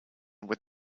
with